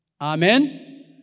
Amen